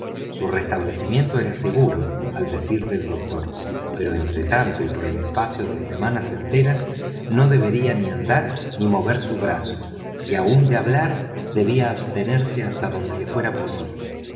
su restablecimiento era seguro al decir del doctor pero entre tanto y por el espacio de semanas enteras no debería ni andar ni mover su brazo y aun de hablar debía abstenerse hasta donde le fuera posible